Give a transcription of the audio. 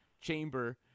chamber